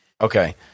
Okay